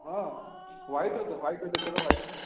ହଁ ହ୍ୱାଇଟ୍ର ଦିଅ ହ୍ୱାଇଟ୍ ଦେଖାଇଲ ହ୍ୱାଇଟ୍ର